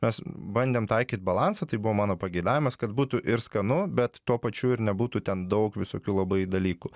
mes bandėm taikyt balansą tai buvo mano pageidavimas kad būtų ir skanu bet tuo pačiu ir nebūtų ten daug visokių labai dalykų